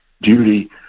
duty